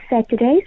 Saturdays